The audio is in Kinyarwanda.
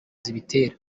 zibitera